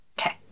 okay